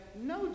no